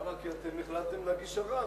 כי החלטתם להגיש ערר.